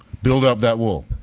build up that wall.